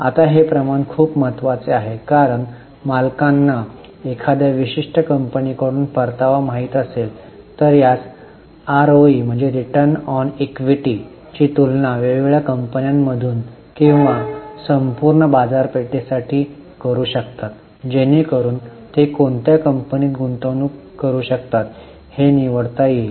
आता हे प्रमाण खूप महत्वाचे आहे कारण मालकांना एखाद्या विशिष्ट कंपनीकडून परतावा माहित असेल ते या आरओई ची तुलना वेगवेगळ्या कंपन्यांमधून किंवा संपूर्ण बाजारपेठेसाठी करू शकतात जेणेकरुन ते कोणत्या कंपनीत गुंतवणूक करू शकतात हे निवडता येईल